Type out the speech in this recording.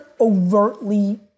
overtly